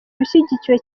ushyigikiwe